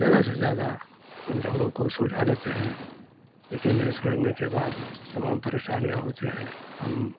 ज़्यादा से ज़्यादा झगड़ो को सुलझा लेते हैं लेकिन नहीं समझने के बाद तमाम परेशानियाँ होती हैं हम